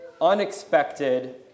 unexpected